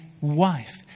wife